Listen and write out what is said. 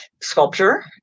sculpture